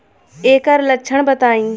ऐकर लक्षण बताई?